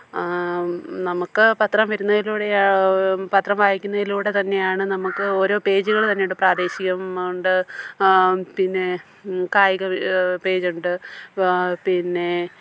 നമുക്ക് പത്രം വരുന്നതിലൂടെയാ പത്രം വായിക്കുന്നത്തിലൂടെത്തന്നെയാണ് നമുക്ക് ഓരോ പേജുകൾ തന്നെയുണ്ട് പ്രാദേശികം ഉണ്ട് പിന്നെ കായിക പേജുണ്ട് പിന്നെ